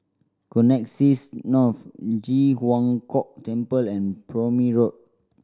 Connexis North Ji Huang Kok Temple and Prome Road